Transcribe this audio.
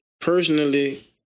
personally